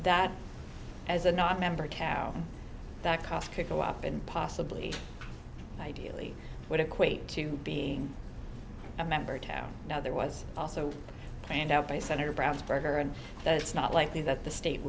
that as a not member account that cost could go up and possibly ideally would equate to being a member town now there was also planned out by senator brown berger and that's not likely that the state